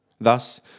Thus